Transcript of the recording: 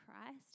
Christ